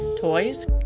toys